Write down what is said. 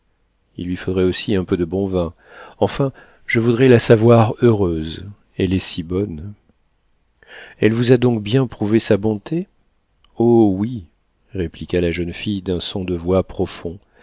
il lui faudrait aussi un peu de bon vin enfin je voudrais la savoir heureuse elle est si bonne elle vous a donc bien prouvé sa bonté oh oui répliqua la jeune fille d'un son de voix profond